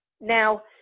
Now